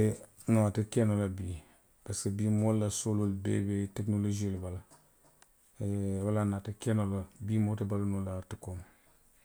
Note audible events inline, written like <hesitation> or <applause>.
Ee noŋ a te kee noo la bii. Parisiko bii moolu la sooloolu bee be tekinoloosio le bala. Wolaŋ na ate <hesitation> ke noo la. Bii moo te baluu noo ate kooma